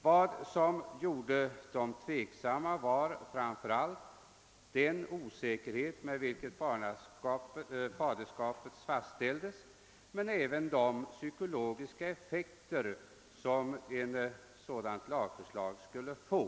Vad som gjorde de sakkunniga tveksamma på denna punkt var framför allt den osäkerhet med vilken faderskapet fastställdes men även de psykologiska effekter som en sådan arvsrätt skulle få.